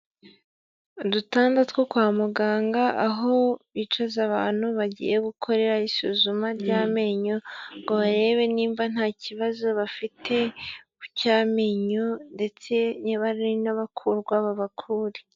Udutanda two kwa muganga aho bicaza abantu bagiye gukorera isuzuma ry'amenyo ngo barebe nimba nta kibazo bafite cy'amenyo ndetse niba ari n'abakurwa babakure.